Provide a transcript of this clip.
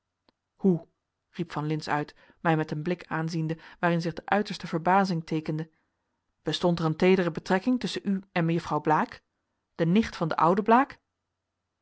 hoe riep van lintz uit mij met een blik aanziende waarin zich de uiterste verbazing teekende bestond er een teedere betrekking tusschen u en mejuffrouw blaek de nicht van den ouden blaek